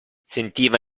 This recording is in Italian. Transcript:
sentiva